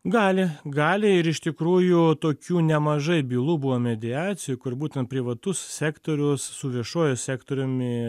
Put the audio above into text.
gali gali ir iš tikrųjų tokių nemažai bylų buvo mediacijų kur būtent privatus sektorius su viešuoju sektoriumi